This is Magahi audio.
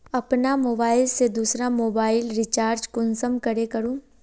अपना मोबाईल से दुसरा मोबाईल रिचार्ज कुंसम करे करूम?